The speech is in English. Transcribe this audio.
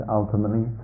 ultimately